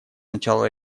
начала